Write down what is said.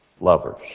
lovers